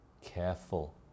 careful